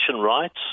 rights